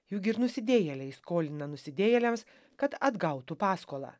juk ir nusidėjėliai skolina nusidėjėliams kad atgautų paskolą